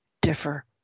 differ